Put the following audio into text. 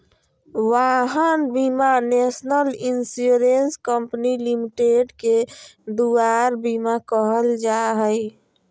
वाहन बीमा national insurance company limited के दुआर बीमा कहल जाहइ